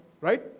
right